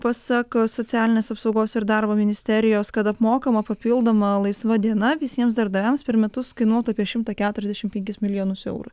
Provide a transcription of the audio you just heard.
pasak socialinės apsaugos ir darbo ministerijos kad apmokama papildoma laisva diena visiems darbdaviams per metus kainuotų apie šimtą keturiasdešim penkis milijonus eurų